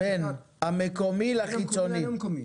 בין המקומי לחיצוני.